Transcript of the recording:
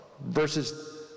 Versus